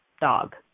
dog